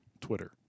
Twitter